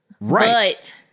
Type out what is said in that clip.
Right